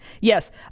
Yes